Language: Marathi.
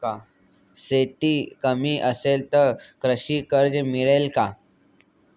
शेती कमी असेल तर कृषी कर्ज मिळेल का?